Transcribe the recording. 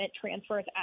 transfers